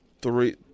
three